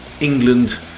England